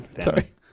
Sorry